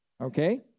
okay